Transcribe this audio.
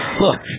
Look